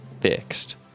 fixed